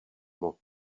moc